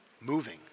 moving